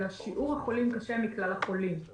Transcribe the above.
אלא שיעור החולים קשה מכלל החולים.